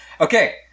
Okay